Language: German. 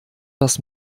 das